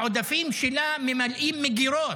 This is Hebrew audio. העודפים שלה ממלאים מגירות.